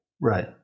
Right